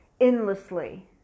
endlessly